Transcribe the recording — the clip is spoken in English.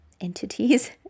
entities